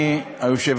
טיפה.